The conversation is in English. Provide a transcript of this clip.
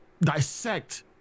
dissect